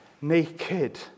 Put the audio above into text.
naked